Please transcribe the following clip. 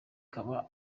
ikaba